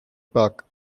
park